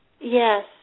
Yes